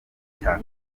cya